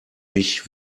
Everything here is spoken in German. mich